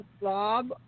Blob